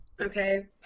Okay